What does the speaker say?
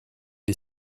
est